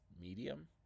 medium